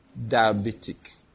Diabetic